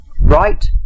right